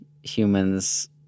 humans